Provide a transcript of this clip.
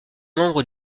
membre